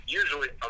usually